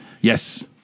Yes